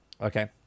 okay